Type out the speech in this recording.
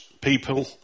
people